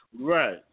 Right